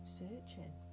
searching